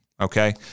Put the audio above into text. okay